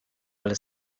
ale